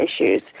issues